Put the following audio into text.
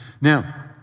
Now